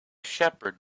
shepherd